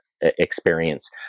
experience